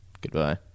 Goodbye